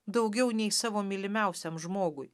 daugiau nei savo mylimiausiam žmogui